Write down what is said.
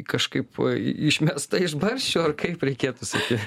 kažkaip išmesta iš barščių ar kaip reikėtų saky